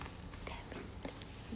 damn it